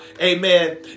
amen